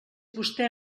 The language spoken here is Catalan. vostè